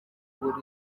uburezi